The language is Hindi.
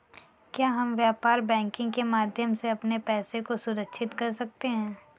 क्या हम व्यापार बैंकिंग के माध्यम से अपने पैसे को सुरक्षित कर सकते हैं?